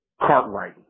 Cartwright